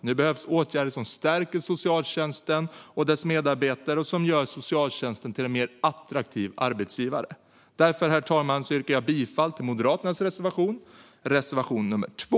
Nu behövs åtgärder som stärker socialtjänsten och dess medarbetare och som gör socialtjänsten till en mer attraktiv arbetsgivare. Därför, herr talman, yrkar jag bifall till Moderaternas reservation nr 2.